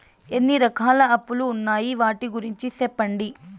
ఎన్ని రకాల అప్పులు ఉన్నాయి? వాటి గురించి సెప్పండి?